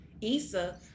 Issa